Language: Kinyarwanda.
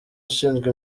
ushinzwe